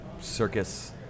circus